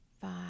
five